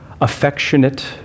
affectionate